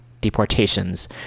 deportations